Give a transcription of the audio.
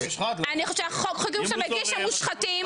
אני חושבת שהחוקים שהוא מגיש שהם מושחתים,